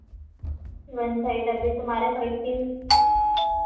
one side अभी तुम्हारे side की